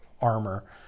armor